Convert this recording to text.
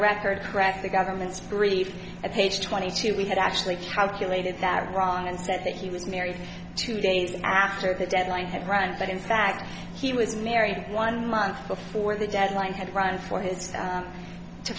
record correct the government's brief at page twenty two we had actually calculated that wrong and said that he was married two days after the deadline had run but in fact he was married one month before the deadline had run for his